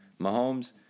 Mahomes